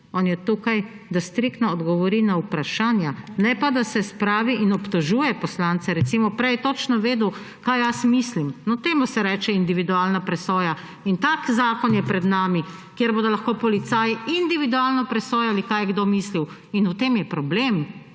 On je tukaj, da striktno odgovori na vprašanja, ne pa, da se spravi in obtožuje poslance. Recimo, prej je točno vedel, kaj jaz mislim. No, temu se reče individualna presoja in tak zakon je pred nami, kjer bodo lahko policaji individualno presojali, kaj je kdo mislil. In v tem je problem!